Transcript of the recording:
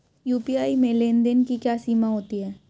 UPI में लेन देन की क्या सीमा होती है?